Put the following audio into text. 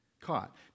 caught